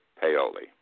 paoli